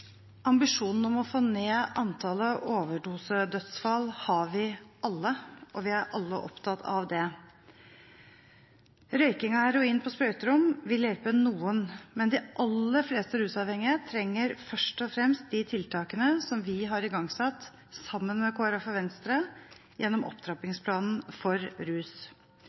vi er alle opptatt av det. Røyking av heroin på sprøyterom vil hjelpe noen, men de aller fleste rusavhengige trenger først og fremst de tiltakene som vi, sammen med Kristelig Folkeparti og Venstre, har igangsatt gjennom opptrappingsplanen for